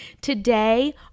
Today